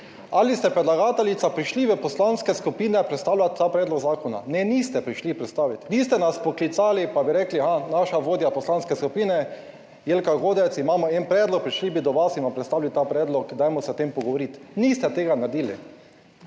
Ali ste, predlagateljica, prišli v poslanske skupine predstavljati ta predlog zakona? Ne, niste prišli predstaviti, niste nas poklicali, pa bi rekli aha, ja, naša vodja poslanske skupine Jelka Godec, imamo en predlog, prišli bi do vas in vam predstavili ta predlog, dajmo se o tem pogovoriti. Niste tega naredili!